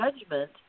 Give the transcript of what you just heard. judgment